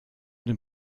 den